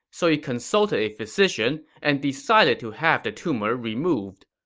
so he consulted a physician and decided to have the tumor removed.